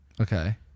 Okay